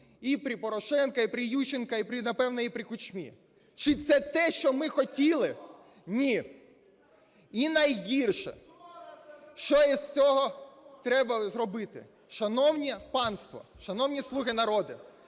і при Порошенко, і при Ющенко, і напевно при Кучмі. Чи це те, що ми хотіли? Ні! І найгірше, що із цього треба зробити. Шановне панство, шановні "слуги народу",